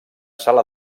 sala